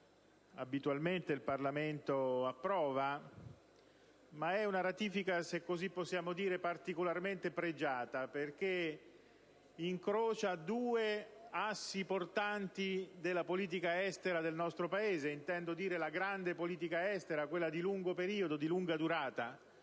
che abitualmente il Parlamento approva, ma una ratifica - se così possiamo dire - particolarmente pregiata perché incrocia due assi portanti della politica estera del nostro Paese: mi riferisco alla grande politica estera, quella di lungo periodo, di lunga durata.